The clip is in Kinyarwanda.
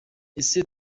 ese